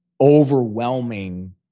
overwhelming